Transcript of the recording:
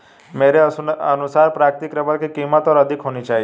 मेरे अनुसार प्राकृतिक रबर की कीमत और अधिक होनी चाहिए